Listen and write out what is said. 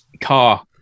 car